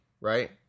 right